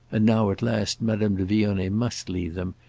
and now at last madame de vionnet must leave them,